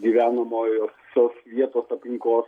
gyvenamojo tos vietos aplinkos